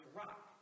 rock